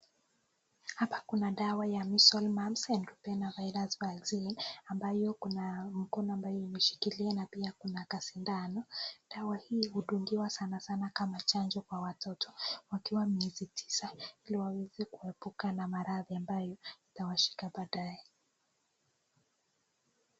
Hapa kuna dawa ya measles, mumps and rubella virus vaccine ambayo kuna mkono ambayo imeshikilia na pia kuna kasindano. Dawa hii hudungiwa sana sana kama chanjo kwa watoto wakiwa miezi tisa, ili waweze kuepuka na maradhi ambayo itawashika baadaye.